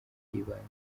by’ibanze